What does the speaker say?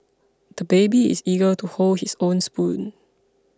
the baby is eager to hold his own spoon